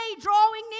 drawing